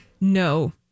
No